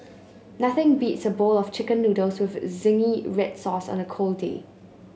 nothing beats a bowl of chicken noodles with zingy red sauce on a cold day